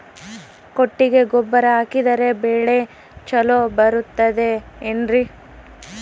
ಕೊಟ್ಟಿಗೆ ಗೊಬ್ಬರ ಹಾಕಿದರೆ ಬೆಳೆ ಚೊಲೊ ಬರುತ್ತದೆ ಏನ್ರಿ?